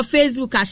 Facebook